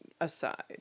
aside